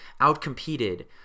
outcompeted